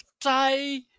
tie